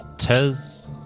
Tez